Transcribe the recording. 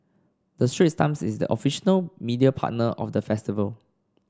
the Straits Times is the official media partner of the festival